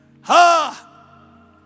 Ha